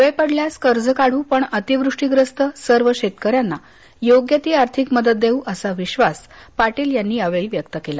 वेळ पडल्यास कर्ज काढू पण अतिवृष्टीग्रस्त सर्व शेतकऱ्यांना योग्य ती आर्थिक मदत देऊ असा विश्वास पाटील यांनी यावेळी व्यक्त केला